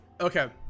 Okay